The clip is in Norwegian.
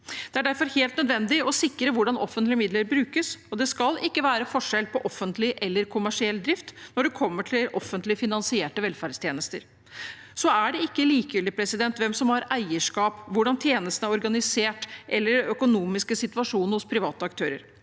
Det er derfor helt nødvendig å sikre hvordan offentlige midler brukes. Det skal heller ikke være forskjell på offentlig eller kommersiell drift når det gjelder offentlig finansierte velferdstjenester. Hvem som har eierskap, hvordan tjenestene er organisert, eller den økonomiske situasjonen hos private aktører,